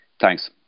Thanks